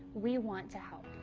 we want to help,